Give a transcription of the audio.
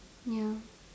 ya